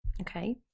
Okay